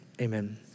amen